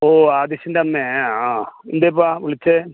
ഓ ആദിശിൻ്റെ അമ്മയാ ആ എന്താപ്പാ വിളിച്ചത്